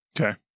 okay